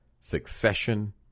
succession